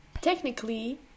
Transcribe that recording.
technically